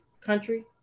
Country